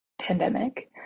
pandemic